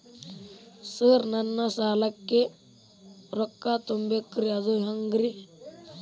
Sir ನನ್ನ ಸಾಲಕ್ಕ ರೊಕ್ಕ ತುಂಬೇಕ್ರಿ ಅದು ಹೆಂಗ್ರಿ?